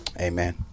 Amen